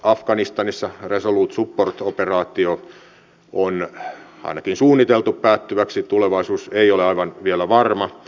afganistanissa resolute support operaatio on ainakin suunniteltu päättyväksi tulevaisuus ei ole aivan vielä varma